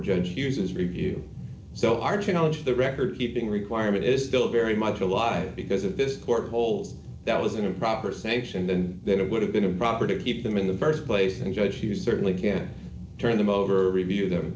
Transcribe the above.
judge uses review so our challenge the record keeping requirement is still very much alive because of this court holds d that was an improper sanction and that it would have been improper to keep them in the st place and judge who certainly can turn them over review them